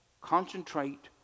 Concentrate